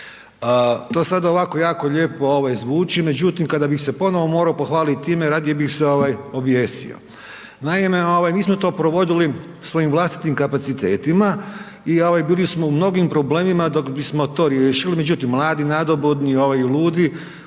To sad ovako jako lijepo zvuči. Međutim kada bih se ponovno morao pohvaliti time radije bih se objesio. Naime mi smo to provodili svojim vlastitim kapacitetima i bili smo u mnogim problemima dok bismo to riješili, međutim mladi, nadobudni i ludi